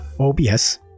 OBS